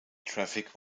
traffic